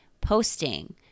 posting